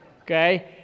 okay